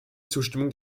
zustimmung